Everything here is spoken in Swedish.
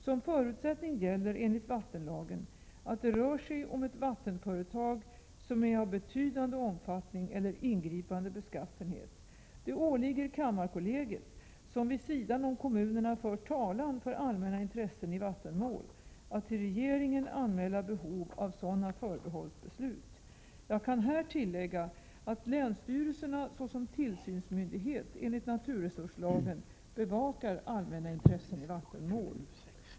Som förutsättning gäller enligt vattenlagen att det rör sig om ett vattenföretag som är av betydande omfattning eller ingripande beskaffenhet. Det åligger kammarkollegiet, som vid sidan om kommunerna för talan för allmänna intressen i vattenmål, att till regeringen anmäla behovet av sådana förbehållsbeslut. Jag kan här tillägga att länsstyrelserna såsom tillsynsmyndighet enligt naturresurslagen bevakar allmänna intressen i vattenmål.